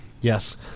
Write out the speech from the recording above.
Yes